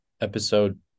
episode